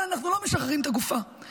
אבל אנחנו לא משחררים את הגופה.